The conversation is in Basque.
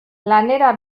lanera